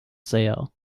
sale